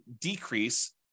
decrease